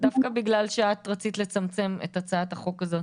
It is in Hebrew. דווקא בגלל שאת רצית לצמצם את הצעת החוק הזאת